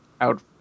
out